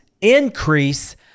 increase